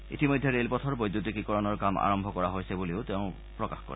ইতিমধ্যে ৰেল পথৰ বৈদ্যুতিকীকৰণৰ কাম আৰম্ভ কৰা হৈছে বুলিও তেওঁ প্ৰকাশ কৰে